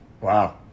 Wow